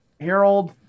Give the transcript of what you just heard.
Harold